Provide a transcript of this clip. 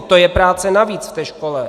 To je práce navíc v té škole!